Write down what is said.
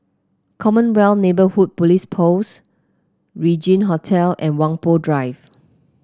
Commonwealth Neighbourhood Police Post Regin Hotel and Whampoa Drive